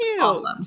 awesome